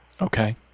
Okay